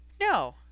No